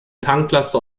tanklaster